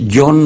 yo